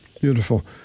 Beautiful